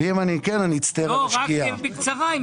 אם אפשר בקצרה.